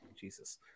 Jesus